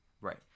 right